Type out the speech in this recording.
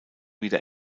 wieder